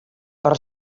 per